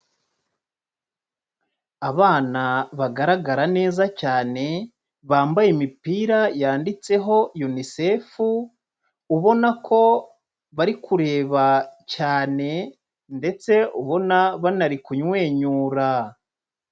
Abana bagaragara neza cyane bambaye imipira yanditseho UNICEF, ubona ko bari kureba cyane ndetse ubona banari kumwenyura.